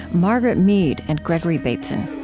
margaret mead and gregory bateson